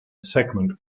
segment